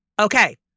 Okay